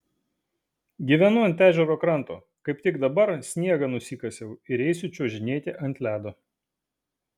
gyvenu ant ežero kranto kaip tik dabar sniegą nusikasiau ir eisiu čiuožinėti ant ledo